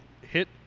hit